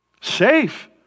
safe